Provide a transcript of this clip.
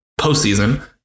postseason